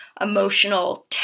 emotional